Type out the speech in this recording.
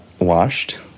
washed